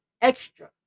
extra